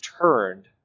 turned